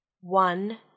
one